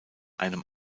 einem